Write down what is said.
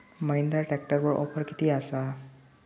महिंद्रा ट्रॅकटरवर ऑफर किती आसा?